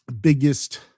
biggest